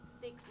six